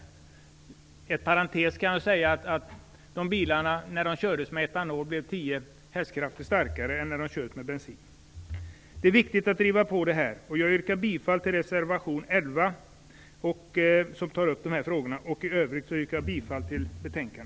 Som en parentes kan jag nämna att de bilar som kördes med etanol blev tio hästkrafter starkare än när de kördes med bensin. Det är viktigt att driva på det här. Jag yrkar bifall till reservation 11, där dessa frågor tas upp, och i övrigt till utskottets hemställan.